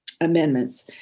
amendments